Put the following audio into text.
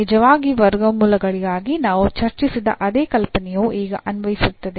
ನಿಜವಾದ ವರ್ಗಮೂಲಗಳಿಗಾಗಿ ನಾವು ಚರ್ಚಿಸಿದ ಅದೇ ಕಲ್ಪನೆಯು ಈಗ ಅನ್ವಯಿಸುತ್ತದೆ